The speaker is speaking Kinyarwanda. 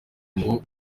ngo